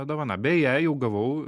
dovana beje jau gavau